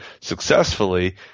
successfully –